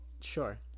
Sure